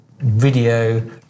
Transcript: video